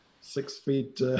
six-feet